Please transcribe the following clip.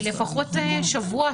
לפחות שבוע,